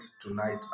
tonight